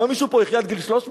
מה, מישהו פה יחיה עד גיל 300?